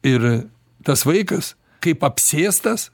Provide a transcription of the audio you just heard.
ir tas vaikas kaip apsėstas